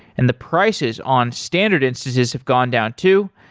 and the prices on standard instances have gone down too.